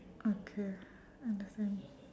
okay understand